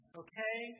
okay